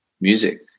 music